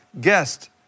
guest